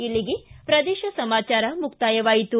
ಇಲ್ಲಿಗೆ ಪ್ರದೇಶ ಸಮಾಚಾರ ಮುಕ್ತಾಯವಾಯಿತು